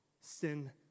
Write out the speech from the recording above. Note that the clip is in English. sin